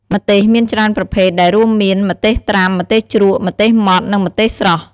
ម្ទេសមានច្រើនប្រភេទ ដែលរួមមាន ម្ទេសត្រាំ ម្ទេសជ្រក់ ម្ទេសម៉ដ្ឋ និងម្ទេសស្រស់។